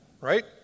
right